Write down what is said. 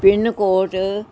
PIN code